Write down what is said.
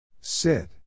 Sit